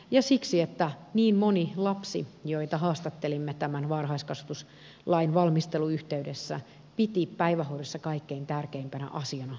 tämä siksi että niin moni lapsi joita haastattelimme tämän varhaiskasvatuslain valmistelun yhteydessä piti päivähoidossa kaikkein tärkeimpänä asiana leikkiä